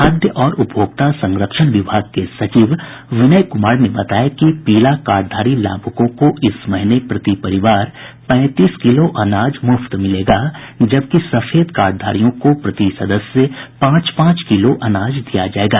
खाद्य और उपभोक्ता संरक्षण विभाग के सचिव विनय कुमार ने बताया कि पीला कार्डधारी लाभुकों को इस महीने प्रति परिवार पैंतीस किलो अनाज मुफ्त मिलेगा जबकि सफेद कार्डधारियों को प्रति सदस्य पांच पांच किलो अनाज दिया जायेगा